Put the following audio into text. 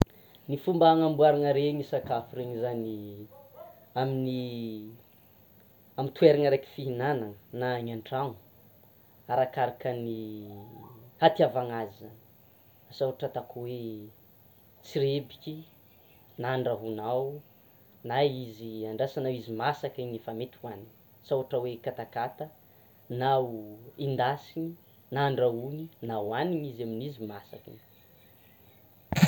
Ny fomba hanamboarana reny sakafo reny zany amin'ny amin'ny toerana raiky fihinana na any an-trano arakaraka ny hatiavana azy zany, asa ohatra ataoko hoe: tsirebiky na andrahonao, na izy andrasanao izy masaka iny efa mety hoanina; asa ohatra hoe katakata na ho endasiny na andrahoina na hoanina izy amin'izy masaka iny.